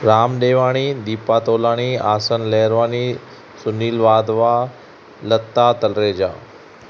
Ram Dewani Deepa Tolani Asan Lehrwani Sunil Wadhwa Lata Talreja